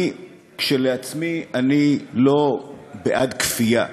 כשלעצמי, אני לא בעד כפייה,